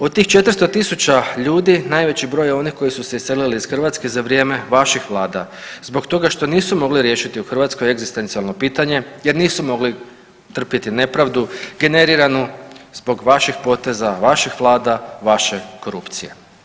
Od tih 400.000 ljudi najveći je broj onih koji su se iselili iz Hrvatske za vrijeme vaših vlada zbog toga što nisu mogli riješiti u Hrvatskoj egzistencijalno pitanje jer nisu mogli trpjeti nepravdu generiranu zbog vaših poteza, vaših vlada, vaše korupcije.